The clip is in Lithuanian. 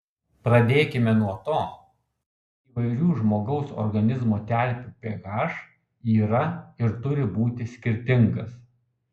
pradėkime nuo to kad įvairių žmogaus organizmo terpių ph yra ir turi būti skirtingas